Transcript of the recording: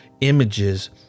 images